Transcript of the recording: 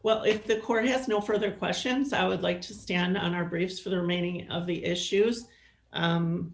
well if the court has no further questions i would like to stand on our briefs for the remaining of the issues